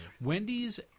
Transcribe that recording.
Wendy's